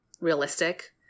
realistic